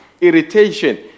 irritation